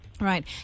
Right